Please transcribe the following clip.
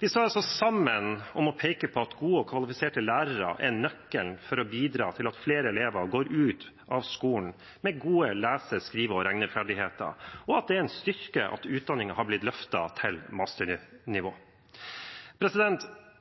Vi står altså sammen om å peke på at gode og kvalifiserte lærere er nøkkelen til å bidra til at flere elever går ut av skolen med gode lese-, skrive- og regneferdigheter, og at det er en styrke at utdanningen har blitt løftet til masternivå.